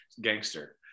gangster